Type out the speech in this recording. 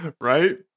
Right